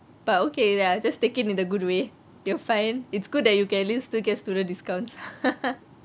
but okay lah just take it in a good way you'll find it's good that you can at least still get student discounts